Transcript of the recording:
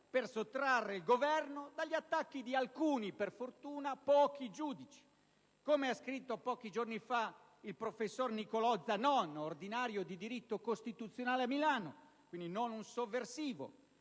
per sottrarre il Governo dagli attacchi di alcuni (per fortuna pochi) giudici. Come ha scritto pochi giorni fa il professor Nicolò Zanon, ordinario di diritto costituzionale a Milano (quindi non un sovversivo),